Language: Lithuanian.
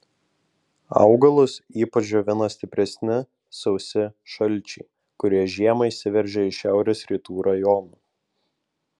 augalus ypač džiovina stipresni sausi šalčiai kurie žiemą įsiveržia iš šiaurės rytų rajonų